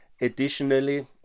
Additionally